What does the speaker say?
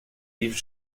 yves